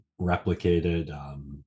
replicated